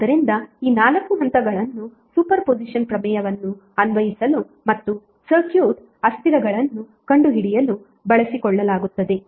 ಆದ್ದರಿಂದ ಈ 4 ಹಂತಗಳನ್ನು ಸೂಪರ್ ಪೊಸಿಷನ್ ಪ್ರಮೇಯವನ್ನು ಅನ್ವಯಿಸಲು ಮತ್ತು ಸರ್ಕ್ಯೂಟ್ ಅಸ್ಥಿರಗಳನ್ನು ಕಂಡುಹಿಡಿಯಲು ಬಳಸಿಕೊಳ್ಳಲಾಗುತ್ತದೆ